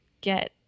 get